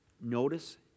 Notice